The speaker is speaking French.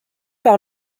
par